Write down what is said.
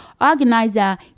Organizer